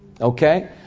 Okay